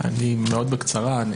מאוד בקצרה.